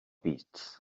beasts